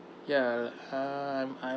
ya uh I'm